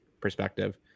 perspective